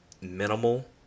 minimal